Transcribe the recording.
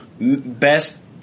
best